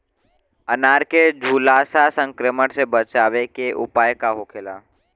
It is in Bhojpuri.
अनार के झुलसा संक्रमण से बचावे के उपाय का होखेला?